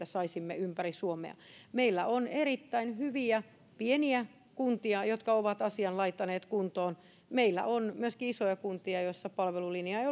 saisimme ympäri suomea meillä on erittäin hyviä pieniä kuntia jotka ovat asian laittaneet kuntoon meillä on myöskin isoja kuntia joissa palvelulinja ei